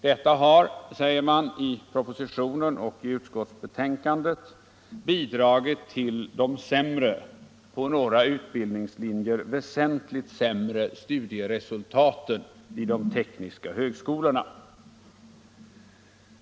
Detta har, säger man i propositionen och i utskottsbetänkandet, bidragit till de sämre — på några utbildningslinjer väsentligt sämre — studieresultaten vid de tekniska högskolorna.